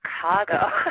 Chicago